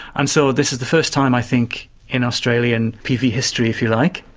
and so this is the first time i think in australian pv history, if you like,